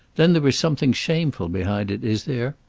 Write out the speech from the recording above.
then there is something shameful behind it, is there?